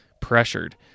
pressured